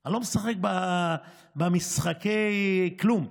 אני לא משחק במשחקי כלום.